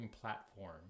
platform